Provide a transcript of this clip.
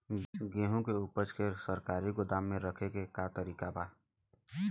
गेहूँ के ऊपज के सरकारी गोदाम मे रखे के का तरीका बा?